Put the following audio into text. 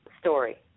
story